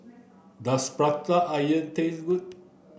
does prata onion taste good